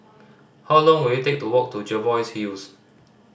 how long will it take to walk to Jervois Hills